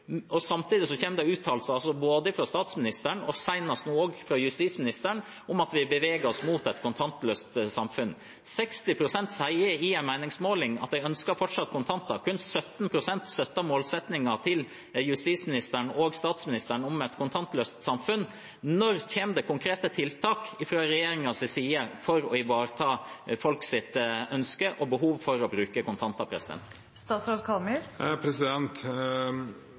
Samtidig kommer det uttalelser både fra statsministeren og senest nå fra justisministeren om at vi beveger oss mot et kontantløst samfunn. 60 pst. sier i en meningsmåling at de fortsatt ønsker kontanter, kun 17 pst. støtter målsettingen til justisministeren og statsministeren om et kontantløst samfunn. Når kommer det konkrete tiltak fra regjeringens side for å ivareta folks ønske om og behov for å bruke kontanter?